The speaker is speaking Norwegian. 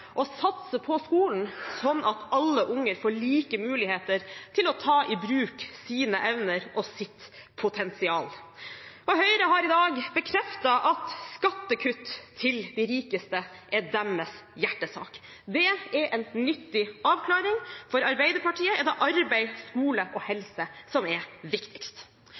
å satse på skolen, sånn at alle unger får like muligheter til å ta i bruk sine evner og sitt potensial. Og Høyre har i dag bekreftet at skattekutt til de rikeste er deres hjertesak. Det er en nyttig avklaring. For Arbeiderpartiet er det arbeid, skole og helse som er viktigst.